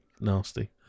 nasty